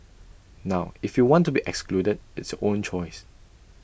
now if you want to be excluded it's your own choice